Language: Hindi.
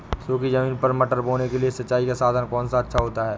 सूखी ज़मीन पर मटर बोने के लिए सिंचाई का कौन सा साधन अच्छा होता है?